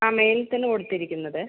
ആ മെയിന് തന്നെ കൊടുത്തിരിക്കുന്നത്